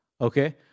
okay